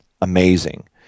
amazing